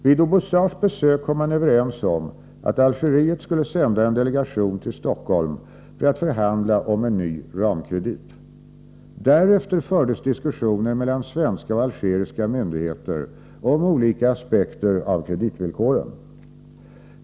Vid Oubouzars besök kom man överens om att Algeriet skulle sända en delegation till Stockholm för att förhandla om en ny ramkredit. Därefter fördes diskussioner mellan svenska och algeriska myndigheter om olika aspekter av kreditvillkoren.